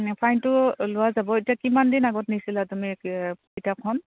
ফাইনটো লোৱা যাব এতিয়া কিমান দিন আগত নিছিলা তুমি কিতাপখন